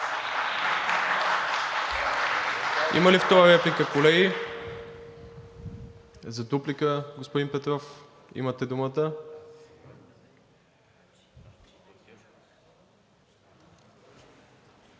има ли втора реплика? За дуплика – господин Петров, имате думата.